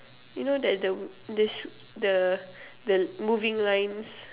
you know that the the sw~ the the moving lines